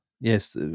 yes